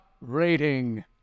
rating